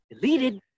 deleted